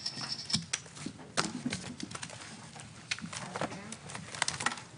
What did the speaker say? בשעה 13:55.